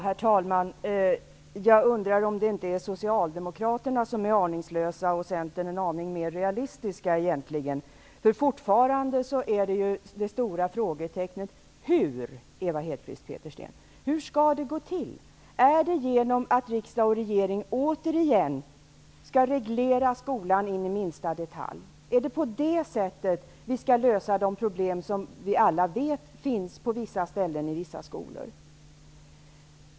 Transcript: Herr talman! Jag undrar om det inte är Socialdemokraterna som är aningslösa och Centern aningen mer realistisk. Fortfarande kvarstår frågan hur det skall gå till, Ewa Hedkvist Petersen. Skall det ske genom att riksdag och regering återigen skall reglera skolan in i minsta detalj? Är det så vi skall lösa de problem som vi alla vet finns i vissa skolor?